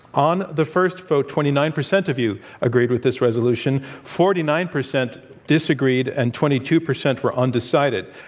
on the first vote twenty nine percent of you agreed with this resolution, forty nine percent disagreed, and twenty two percent were undecided.